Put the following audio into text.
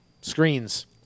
screens